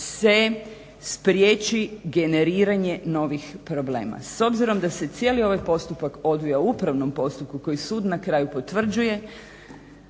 se spriječi generiranje novih problema. S obzirom da se cijeli ovaj postupak odvija u upravnom postupku koji sud na kraju potvrđuje